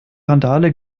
randale